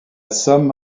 somme